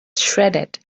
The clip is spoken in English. shredded